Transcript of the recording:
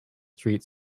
street